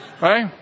Right